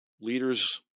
leaders